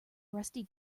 rusty